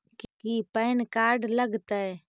की PAN card लग तै?